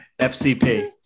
FCP